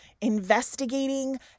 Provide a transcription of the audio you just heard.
investigating